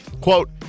quote